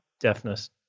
deafness